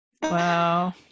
wow